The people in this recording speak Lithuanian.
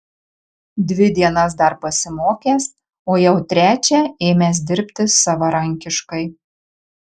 dvi dienas dar pasimokęs o jau trečią ėmęs dirbti savarankiškai